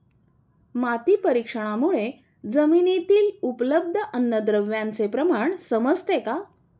माती परीक्षणामुळे जमिनीतील उपलब्ध अन्नद्रव्यांचे प्रमाण समजते का?